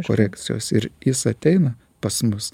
korekcijos ir jis ateina pas mus